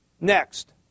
Next